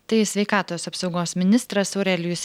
tai sveikatos apsaugos ministras aurelijus